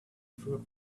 through